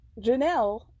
Janelle